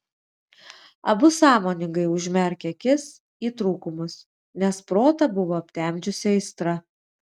abu sąmoningai užmerkė akis į trūkumus nes protą buvo aptemdžiusi aistra